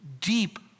deep